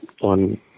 on